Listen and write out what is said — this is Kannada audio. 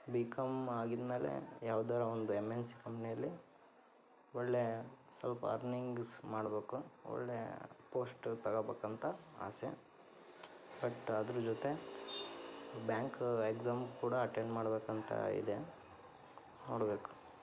ಬಿ ಕಾಮ್ ಆಗಿದ್ಮೇಲೆ ಯಾವ್ದಾರ ಒಂದು ಎಮ್ ಎನ್ ಸಿ ಕಂಪ್ನಿಯಲ್ಲಿ ಒಳ್ಳೆಯ ಸ್ವಲ್ಪ ಅರ್ನಿಂಗ್ಸ್ ಮಾಡ್ಬೇಕು ಒಳ್ಳೆಯ ಪೋಸ್ಟ್ ತಗೊಬೇಕೂಂತ ಆಸೆ ಬಟ್ ಅದರ ಜೊತೆ ಬ್ಯಾಂಕ್ ಎಕ್ಸಾಮ್ ಕೂಡ ಅಟೆಂಡ್ ಮಾಡ್ಬೇಕು ಅಂತ ಇದೆ ನೋಡ್ಬೇಕು